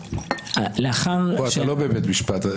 אתה לא בבית משפט.